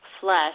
flesh